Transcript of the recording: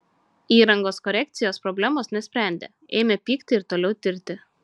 įrangos korekcijos problemos nesprendė ėmė pykti ir toliau tirti